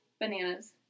bananas